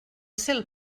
cel